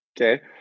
okay